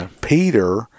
Peter